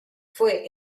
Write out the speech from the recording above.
fue